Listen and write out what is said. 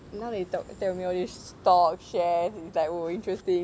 now that you tell tell me all this stock share it's like oh interesting